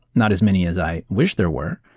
not as many as i wish there were.